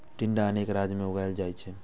टिंडा अनेक राज्य मे उगाएल जाइ छै